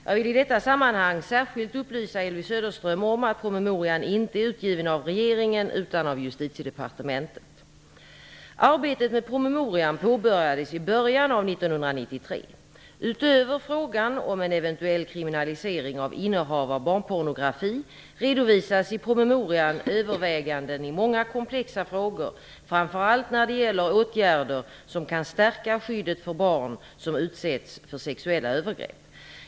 Jag vill i detta sammanhang särskilt upplysa Elvy Söderström om att promemorian inte är utgiven av regeringen utan av Justitiedepartementet. Arbetet med promemorian påbörjades i början av 1993. Utöver frågan om en eventuell kriminalisering av innehav av barnpornografi redovisas i promemorian överväganden i många komplexa frågor, framför allt när det gäller åtgärder som kan stärka skyddet för barn som utsätts för sexuella övergrepp.